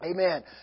Amen